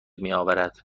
میاورد